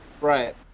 Right